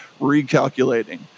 recalculating